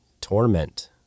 torment